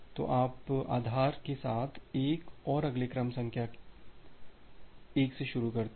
तो आप आधार के साथ 1 और अगले क्रम संख्या 1 से शुरू करते हैं